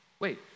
Wait